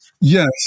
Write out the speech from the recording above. Yes